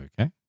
okay